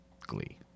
Glee